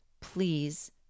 Please